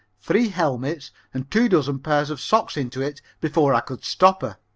three helmets and two dozen pairs of socks into it before i could stop her.